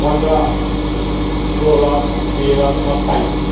पन्ध्र सोह्र तेह्र सत्ताइस